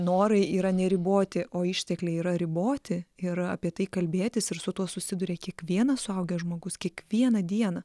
norai yra neriboti o ištekliai yra riboti ir apie tai kalbėtis ir su tuo susiduria kiekvienas suaugęs žmogus kiekvieną dieną